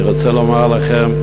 אני רוצה לומר לכם,